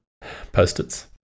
Post-its